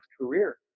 career